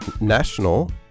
National